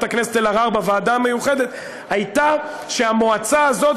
הכנסת אלהרר בוועדה המיוחדת הייתה שהמועצה הזאת,